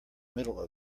middle